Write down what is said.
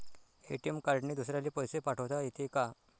ATM कार्डने दुसऱ्याले पैसे पाठोता येते का?